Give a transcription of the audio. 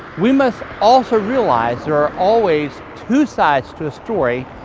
we must also realize there are always two sides to a story,